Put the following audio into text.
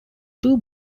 two